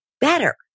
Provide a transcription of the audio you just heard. better